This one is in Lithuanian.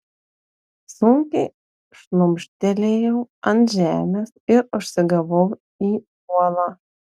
sunkiai šlumštelėjau ant žemės ir užsigavau į uolą